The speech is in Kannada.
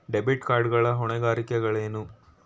ಡೆಬಿಟ್ ಕಾರ್ಡ್ ಗಳ ಹೊಣೆಗಾರಿಕೆಗಳೇನು?